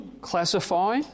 classify